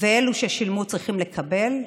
ואלו ששילמו צריכים לקבל.